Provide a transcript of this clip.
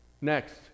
Next